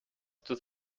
this